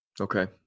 Okay